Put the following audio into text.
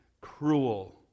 cruel